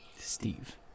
Steve